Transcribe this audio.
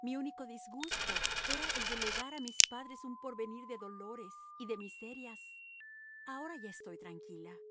mi único disgusto era el de legar a mis padres un porvenir de dolores y de miserias ahora ya estoy tranquila